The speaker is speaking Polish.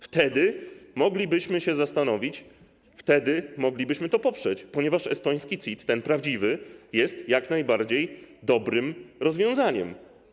Wtedy moglibyśmy się zastanowić, wtedy moglibyśmy to poprzeć, ponieważ estoński CIT, ten prawdziwy, jest jak najbardziej dobrym rozwiązaniem.